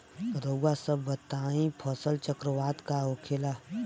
रउआ सभ बताई फसल चक्रवात का होखेला?